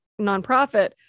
nonprofit